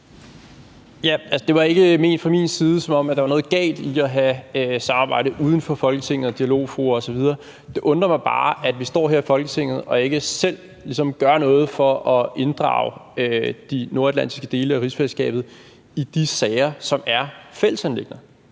Det var ikke ment fra min side, som om der var noget galt i at have samarbejde uden for Folketinget og dialogfora osv. Det undrer mig bare, at vi står her i Folketinget og ikke selv ligesom gør noget for at inddrage de nordatlantiske dele af rigsfællesskabet i de sager, som er fællesanliggender.